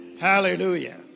Hallelujah